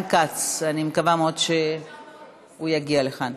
אני קובעת כי הצעת חוק התגמולים לנפגעי פעולות איבה (תיקון,